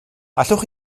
allwch